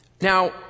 Now